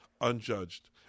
unjudged